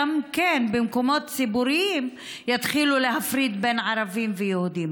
גם במקומות ציבוריים יתחילו להפריד בין ערבים ליהודים.